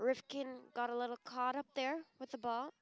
rifkin got a little caught up there with the ball